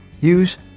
use